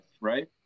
right